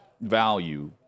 value